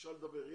ביקשה לדבר.